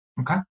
Okay